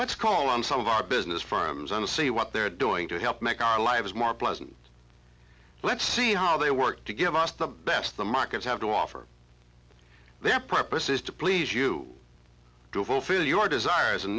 lets call on some of our business firms and see what they're doing to help make our lives more pleasant let's see how they work to give us the best the markets have to offer their purposes to please you to fulfill your desires and